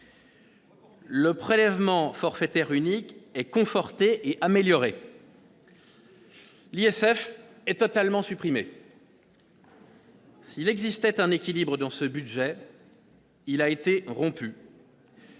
Le prélèvement forfaitaire unique est conforté et amélioré. L'ISF est totalement supprimé. S'il existait un équilibre dans ce budget, il a été rompu.